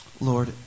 Lord